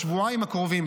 בשבועיים הקרובים,